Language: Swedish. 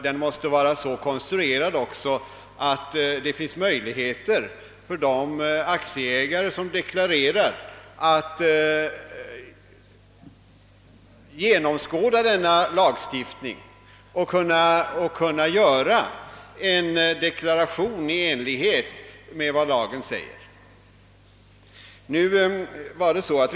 Denna lagstiftning måste även vara så konstruerad, att aktieägarna ges möjligheter att genomskåda den för att kunna göra sina deklarationer i enlighet med lagens bestämmelser.